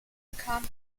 bekam